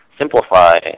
simplify